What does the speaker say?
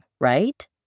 right